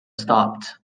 stopped